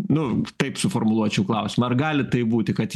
nu taip suformuluočiau klausimą ar gali taip būti kad